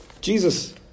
Jesus